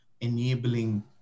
enabling